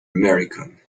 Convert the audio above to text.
american